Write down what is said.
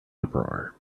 uproar